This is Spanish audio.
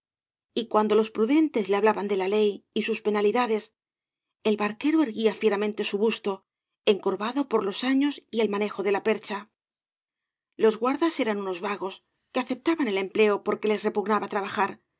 y cuando los prudentes le hablaban de la ley y sus penalidades el barquero erguía fieramente su busto encorvado por los años y el manejo de la percha los guardas eran unos vagos que aceptaban el empleo porque les repugnaba trabajar